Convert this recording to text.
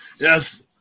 Yes